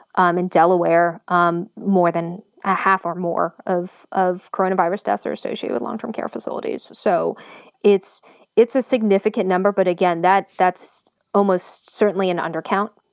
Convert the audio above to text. um in delaware, um more than a half or more of of coronavirus deaths are associated with long term care facilities. so it's it's a significant number, but again, that's almost certainly an undercount.